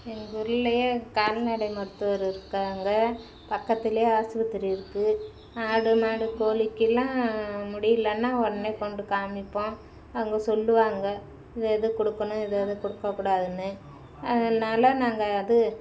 எங்கள் ஊரிலேயே கால்நடை மருத்துவர் இருக்காங்க பக்கத்திலே ஆஸ்பத்திரி இருக்குது ஆடு மாடு கோழிக்கலாம் முடியலனா உடனே கொண்டு காமிப்போம் அவங்க சொல்லுவாங்க இது இது கொடுக்கணும் இது இது கொடுக்கக்கூடாதுனு அதனால நாங்கள் அது